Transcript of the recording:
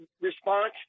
response